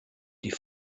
die